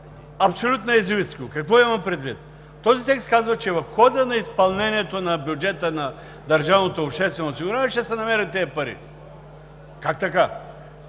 абсолютно езуитско? Какво имам предвид? Този текст казва, че в хода на изпълнението на бюджета на държавното обществено осигуряване ще се намерят тези пари! Как така?!